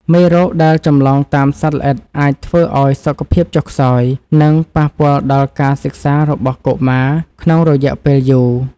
មេរោគដែលចម្លងតាមសត្វល្អិតអាចធ្វើឱ្យសុខភាពចុះខ្សោយ និងប៉ះពាល់ដល់ការសិក្សារបស់កុមារក្នុងរយៈពេលយូរ។